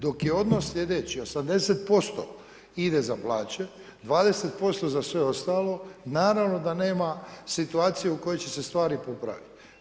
Dok je odnos sljedeći, 80% ide za plaće, 20% za sve ostalo, naravno da nema situacije u kojoj će se stvari popraviti.